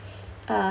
uh